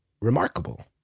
remarkable